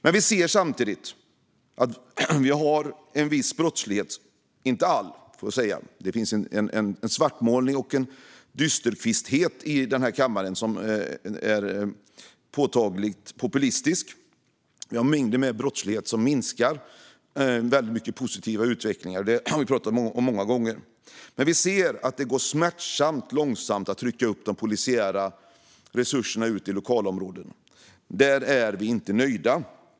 Men vi ser samtidigt att mängder av brottslighet - inte all, men det finns en svartmålning och en dysterhet här i kammaren som är påtagligt populistisk - minskar och att det sker väldigt mycket positiv utveckling. Detta har vi pratat om många gånger. Men vi ser att det går smärtsamt långsamt att trycka upp de polisiära resurserna ute i lokalområdena. Där är vi inte nöjda.